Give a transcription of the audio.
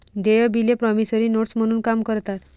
देय बिले promissory notes म्हणून काम करतात